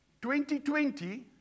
2020